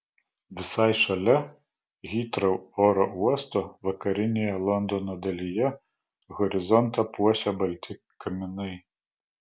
visai šalia hitrou oro uosto vakarinėje londono dalyje horizontą puošia balti kaminai